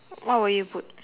what will you put